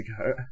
ago